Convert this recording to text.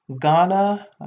Ghana